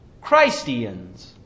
Christians